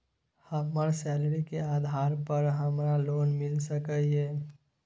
हमर सैलरी के आधार पर हमरा लोन मिल सके ये?